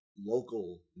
local